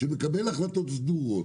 שמקבל החלטות סדורות,